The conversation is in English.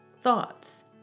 thoughts